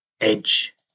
edge